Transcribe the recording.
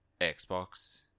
Xbox